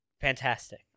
Fantastic